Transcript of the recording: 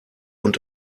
und